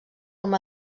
com